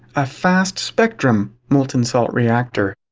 a fast-spectrum molten salt reactor.